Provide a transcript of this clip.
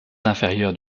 inférieures